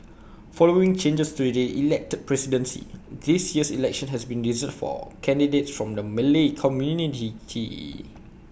following changes to the elected presidency this year's election has been reserved for candidates from the Malay community